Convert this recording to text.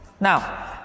Now